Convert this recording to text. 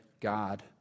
God